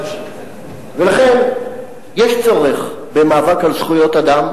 ולכן יש צורך במאבק על זכויות אדם,